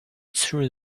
through